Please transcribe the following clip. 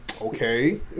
okay